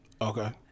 Okay